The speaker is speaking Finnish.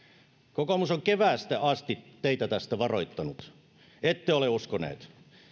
kokoomus on keväästä asti teitä tästä varoittanut ette ole uskoneet